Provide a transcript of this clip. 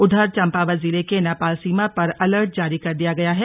उधर चंपावत जिले के नेपाल सीमा पर अलर्ट जारी कर दिया गया है